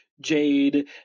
Jade